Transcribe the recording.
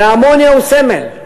ומכל האמוניה הוא סמל,